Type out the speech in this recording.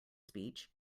speech